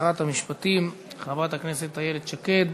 שרת המשפטים חברת הכנסת איילת שקד.